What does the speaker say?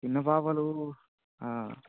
చిన్న పాపలు